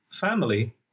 family